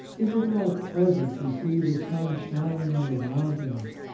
is it not pleasant to see the sun shining on the mountains,